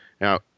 Now